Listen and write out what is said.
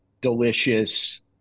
delicious